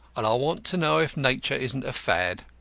and i want to know if nature isn't a fad.